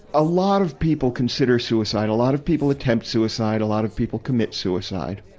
a lot of people consider suicide, a lot of people attempt suicide, a lot of people commit suicide.